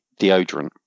deodorant